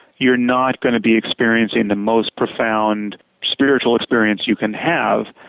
you're not going to be experiencing the most profound spiritual experience you can have.